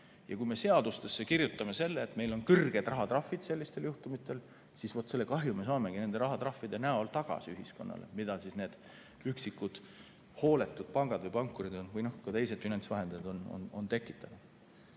Kui me seadustesse kirjutame selle, et meil on kõrged rahatrahvid sellistel juhtumitel, siis vaat selle kahju me saamegi nende rahatrahvidena ühiskonnale tagasi, mida need üksikud hooletud pangad või pankurid või ka teised finantsvahendajad on tekitanud.